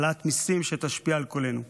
העלאת מיסים שתשפיע על כולנו.